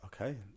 okay